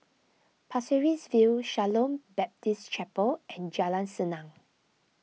Pasir Ris View Shalom Baptist Chapel and Jalan Senang